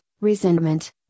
resentment